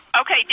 Okay